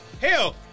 Hell